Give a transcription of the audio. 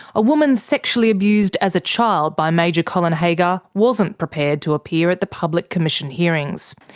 a woman sexually abused as a child by major colin haggar wasn't prepared to appear at the public commission hearings.